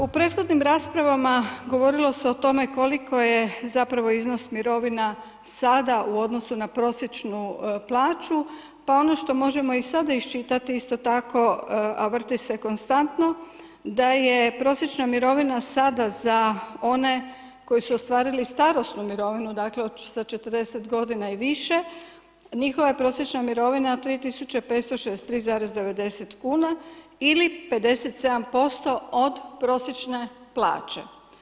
U prethodnim raspravama govorilo se o tome koliko je zapravo iznos mirovina sada u odnosu na prosječnu plaću pa ono što možemo i sada iščitati isto tako, a vrti se konstantno da je prosječna mirovina sada za one koji su ostvarili starosnu mirovinu, dakle sa 40 godina i više, njihova prosječna mirovina 3563,90 kuna ili 57% od prosječne plaće.